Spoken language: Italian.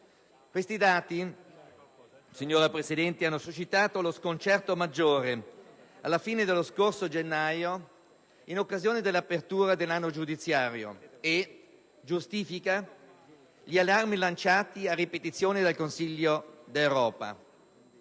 Questi dati, signora Presidente, hanno suscitato lo sconcerto maggiore alla fine dello scorso gennaio, in occasione dell'apertura dell'anno giudiziario, a giustificazione degli allarmi lanciati a ripetizione dal Consiglio d'Europa.